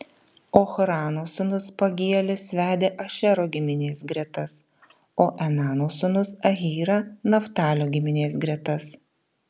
ochrano sūnus pagielis vedė ašero giminės gretas o enano sūnus ahyra naftalio giminės gretas